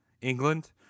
England